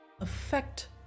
affect